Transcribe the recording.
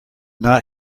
not